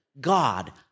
God